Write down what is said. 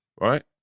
right